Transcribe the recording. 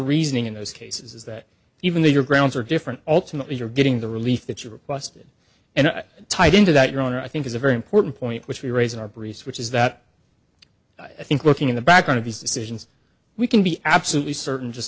reasoning in those cases is that even though you're grounds are different ultimately you're getting the relief that you requested and i tied into that your honor i think is a very important point which we raise in our breeze which is that i think looking in the background of these decisions we can be absolutely certain just